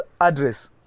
address